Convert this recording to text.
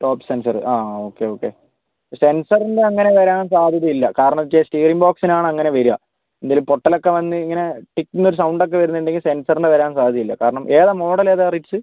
top sensor ആ okay okay സെൻസറിൻ്റെ അങ്ങനെ വരാൻ സാധ്യത ഇല്ല കാറിനൊക്കെ സ്റ്റിയറിംഗ് ബോക്സിനാണ് അങ്ങനെ വരുക എന്തേലും പൊട്ടലൊക്കെ വന്നിങ്ങനെ ടിക്ന്നൊര് സൗണ്ടൊക്കെ സെൻസറിന്റെ വരാൻ സാധ്യത ഇല്ല കാരണം ഏതാ മോഡൽ ഏതാ റിറ്റ്സ്